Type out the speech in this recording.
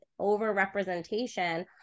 overrepresentation